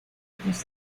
otros